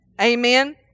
Amen